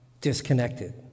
disconnected